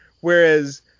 Whereas